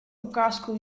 ukázku